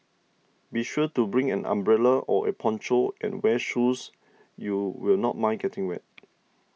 be sure to bring an umbrella or a poncho and wear shoes you will not mind getting wet